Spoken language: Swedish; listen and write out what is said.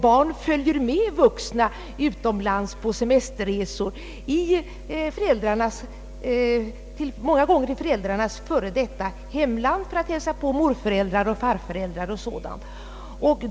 Barn följer också vuxna utomlands på semesterresor, många gånger till föräldrarnas före detta hemland för att hälsa på morföräldrar eller farföräldrar.